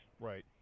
Right